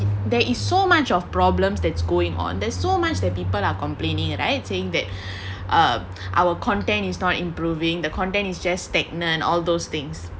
there is so much of problems that's going on there's so much that people are complaining right saying that uh our content is not improving the content is just stagnant all those things